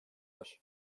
var